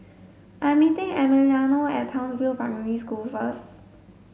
I'm meeting Emiliano at Townsville Primary School first